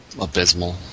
abysmal